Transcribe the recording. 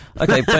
Okay